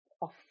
off